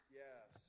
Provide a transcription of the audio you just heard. yes